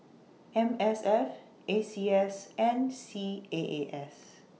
M S F A C S and C A A S